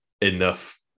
enough